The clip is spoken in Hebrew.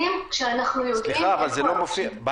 ותמיד,